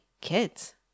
kids